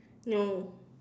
no